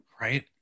Right